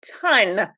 ton